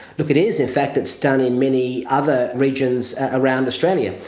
look, it is. in fact it's done in many other regions around australia.